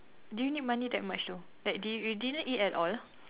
do you need money that much though like did you you didn't eat at all